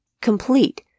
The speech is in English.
complete